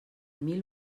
mil